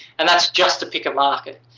and that's just to pick a market.